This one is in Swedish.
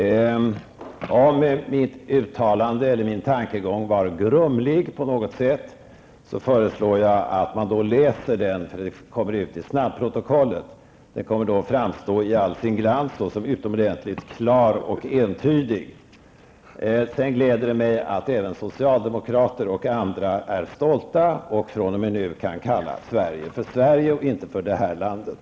Fru talman! Om mitt uttalande eller min tankegång på något sätt uppfattades som grumlig, föreslår jag att man läser den när den kommer ut i snabbprotokollet. Den kommer då att framstå i all sin glans såsom utomordentligt klar och entydig. Det gläder mig att även socialdemokrater och andra är stolta och fr.o.m. nu kan kalla Sverige för Sverige och inte för det här landet.